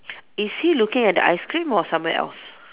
is he looking at the ice cream or somewhere else